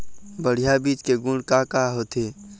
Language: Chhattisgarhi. बढ़िया बीज के गुण का का होथे?